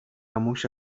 موش